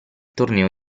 torneo